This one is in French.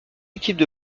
équipes